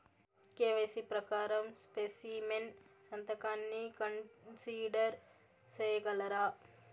KYC ప్రకారం specimen సంతకాన్ని consider సేయగలరా?